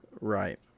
Right